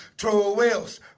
two ah ah wheels